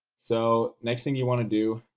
so, next thing you want to do,